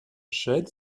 shed